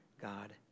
God